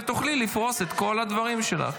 ותוכלי לפרוס את כל הדברים שלך.